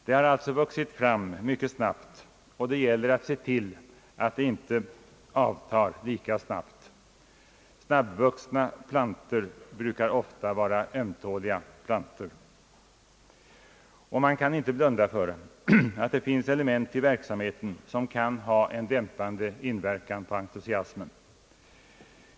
Det har alltså vuxit fram mycket snabbt, och det gäller att se till att det inte avtar lika snabbt. Snabbvuxna plantor är ofta ömtåliga plantor. Man kan inte blunda för att det finns element i verksamheten som kan ha en dämpande inverkan på entusiasmen.